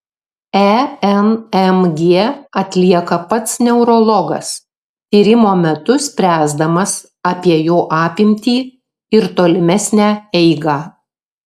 enmg atlieka pats neurologas tyrimo metu spręsdamas apie jo apimtį ir tolimesnę eigą